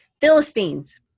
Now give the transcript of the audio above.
Philistines